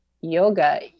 yoga